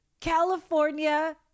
California